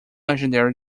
legendary